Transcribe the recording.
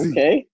Okay